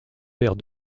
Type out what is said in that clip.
père